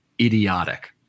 idiotic